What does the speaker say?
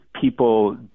people